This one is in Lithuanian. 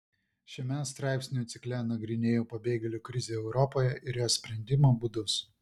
šiame straipsnių cikle nagrinėju pabėgėlių krizę europoje ir jos sprendimo būdus